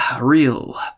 real